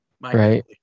Right